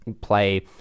play